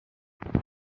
haben